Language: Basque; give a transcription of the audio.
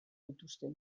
dituzte